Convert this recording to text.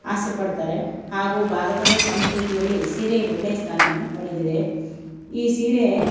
ಆಸೆಪಡ್ತಾರೆ ಹಾಗೂ ಭಾರತದ ಸಂಸ್ಕೃತಿಯಲ್ಲಿ ಸೀರೆ ಒಳ್ಳೆಯ ಸ್ಥಾನಮಾನ ಪಡೆದಿದೆ ಈ ಸೀರೆ